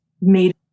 made